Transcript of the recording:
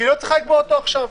והיא לא צריכה לקבוע אותו עכשיו.